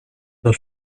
the